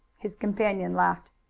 his companion laughed.